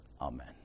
Amen